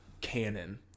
canon